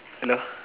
hello